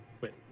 Wait